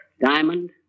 Diamond